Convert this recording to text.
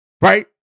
right